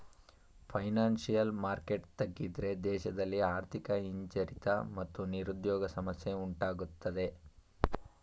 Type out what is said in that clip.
financial market ತಗ್ಗಿದ್ರೆ ದೇಶದಲ್ಲಿ ಆರ್ಥಿಕ ಹಿಂಜರಿತ ಮತ್ತು ನಿರುದ್ಯೋಗ ಸಮಸ್ಯೆ ಉಂಟಾಗತ್ತದೆ